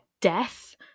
death